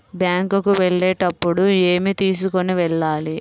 Bank కు వెళ్ళేటప్పుడు ఏమి తీసుకొని వెళ్ళాలి?